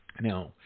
Now